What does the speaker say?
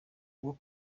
ubwo